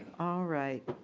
all right.